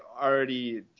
Already